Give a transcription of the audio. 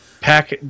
pack